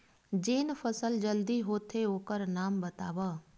जेन फसल जल्दी होथे ओखर नाम बतावव?